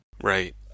right